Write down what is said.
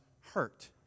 hurt